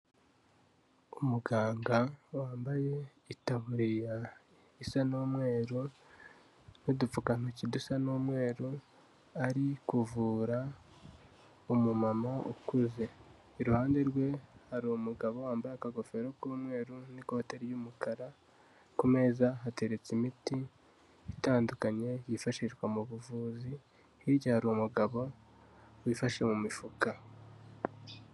Umuganga wambaye itaburiya isa n'umweru n'udupfukantoki dusa n'umweru, ari kuvura umu mama ukuze, iruhande rwe hari umugabo wambaye ingofero k'umweru n'ikote ry'umukara, ku meza hateretse imiti itandukanye yifashishwa mu buvuzi, hirya hari umugabo wifashe mu mifuka.